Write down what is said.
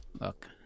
Look